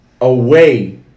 away